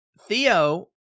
Theo